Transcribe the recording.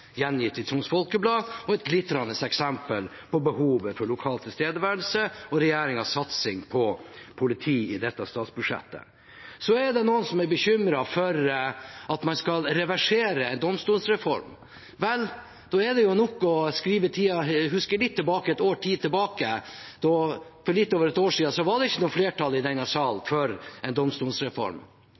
gjengitt i Troms Folkeblad og er et glitrende eksempel på behovet for lokal tilstedeværelse og regjeringens satsing på politi i dette statsbudsjettet. Det er noen som er bekymret for at man skal reversere domstolsreformen. Vel, da er det nok å huske et års tid tilbake. Da var det ikke noe flertall i denne salen for en domstolsreform,